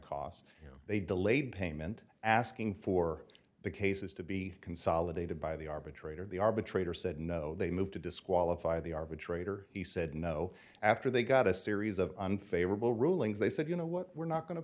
cost you know they delayed payment asking for the cases to be consolidated by the arbitrator the arbitrator said no they moved to disqualify the arbitrator he said no after they got a series of unfavorable rulings they said you know what we're not going to